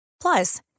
Plus